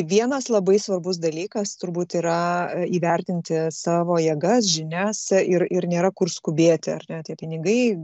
vienas labai svarbus dalykas turbūt yra įvertinti savo jėgas žinias ir ir nėra kur skubėti ar ne tie pinigai